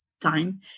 time